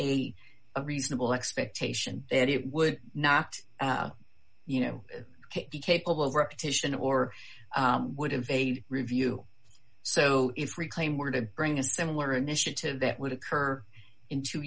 a reasonable expectation that it would not you know be capable of repetition or would have a review so if reclaim were to bring a similar initiative that would occur in two